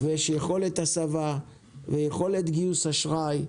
יש יכולת הסבה ויכולת גיוס אשראי,